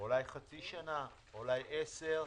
אולי חצי שנה, אולי עשר שנים.